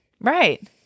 Right